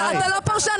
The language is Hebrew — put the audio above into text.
אתה לא פרשן,